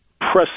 press